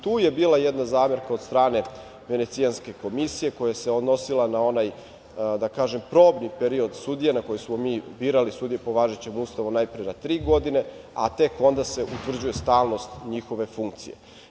Tu je bila jedna zamerka od strane Venecijanske komisije koja se odnosila na onaj probni period sudija, na koji smo birali sudije po važećem Ustavu, najpre na tri godine, a tek onda se utvrđuje stalnost njihove funkcije.